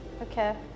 Okay